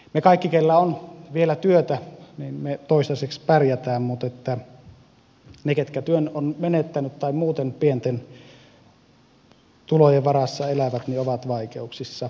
me kaikki joilla on vielä työtä toistaiseksi pärjäämme mutta ne jotka työn ovat menettäneet tai muuten pienten tulojen varassa elävät ovat vaikeuksissa